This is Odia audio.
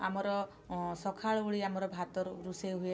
ଆମର ସକାଳ ଓଳି ଆମର ଭାତ ରୋଷେଇ ହୁଏ